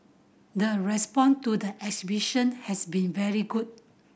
the response to the exhibition has been very good